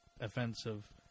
offensive